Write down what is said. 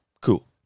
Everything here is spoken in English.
Cool